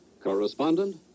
correspondent